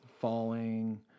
falling